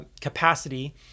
capacity